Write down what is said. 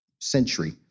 century